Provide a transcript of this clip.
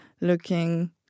looking